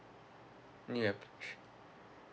mm yup